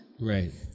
Right